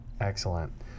Excellent